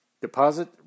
Deposit